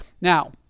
Now